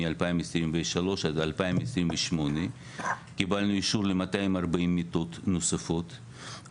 מ-2023 עד 2028. קיבלנו אישור ל-240 מיטות נוספות,